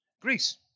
Greece